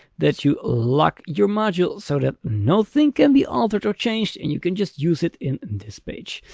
that you lock your module so that no thing can be altered or changed. and you can just use it in this page.